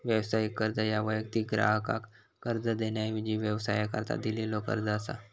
व्यावसायिक कर्ज ह्या वैयक्तिक ग्राहकाक कर्ज देण्याऐवजी व्यवसायाकरता दिलेलो कर्ज असा